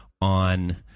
on